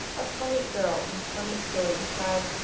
a splendid girl and a splendid story, he cried.